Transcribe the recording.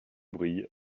brille